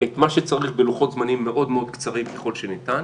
את מה שצריך בלוחות זמנים מאוד מאוד קצרים ככל שניתן,